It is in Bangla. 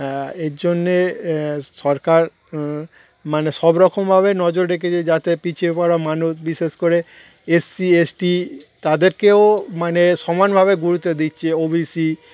এর জন্যে সরকার মানে সব রকমভাবে নজর রেখেছে যাতে পিছিয়ে পড়া মানুষ বিশেষ করে এসসি এসটি তাদেরকেও মানে সমানভাবে গুরুত্ব দিচ্ছে ওবিসি